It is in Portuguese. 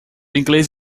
inglês